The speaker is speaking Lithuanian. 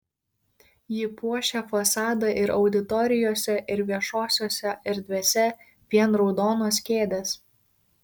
ji puošia fasadą ir auditorijose ir viešosiose erdvėse vien raudonos kėdės